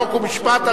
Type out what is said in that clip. חוק ומשפט,